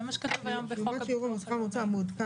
זה מה שכתוב היום בחוק הביטוח הלאומי.